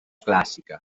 clàssica